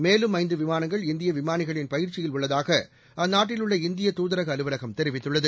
மேலும் ஐந்து விமானங்கள் இந்திய விமானிகளின் பயிற்சியில் உள்ளதாக அந்நாட்டில் உள்ள இந்திய தூதரக அலுவலகம் தெரிவித்துள்ளது